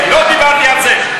לא דיברנו על זה.